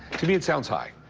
to me, it sounds high.